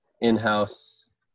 in-house